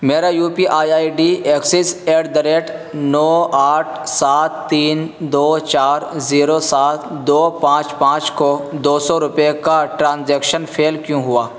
میرا U P I I D access at the rate نو آٹھ سات تین دو چار زیرو سات دو پانچ پانچ کو دو سو روپئے کا ٹرانزیکشن فیل کیوں ہوا